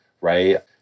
right